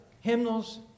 hymnals